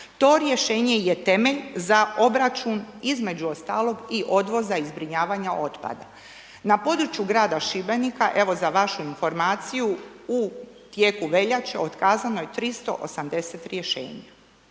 to rješenje je temelj za obračun između ostalog i odvoza i zbrinjavanja otpada. Na području grada Šibenika evo za vašu informaciju u tijeku veljače otkazano je 380 rješenja,